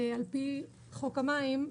על פי חוק המים,